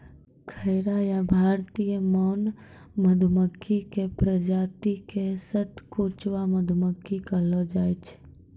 खैरा या भारतीय मौन मधुमक्खी के प्रजाति क सतकोचवा मधुमक्खी कहै छै